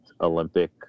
Olympic